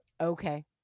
okay